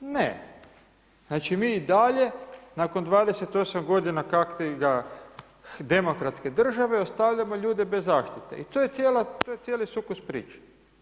Ne, znači mi i dalje nakon 28 godina kak' ti ga demokratske države, ostavljamo ljude bez zaštite i to je cijeli sukus priče.